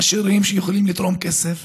עשירים שיכולים לתרום כסף?